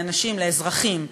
לאזרחים,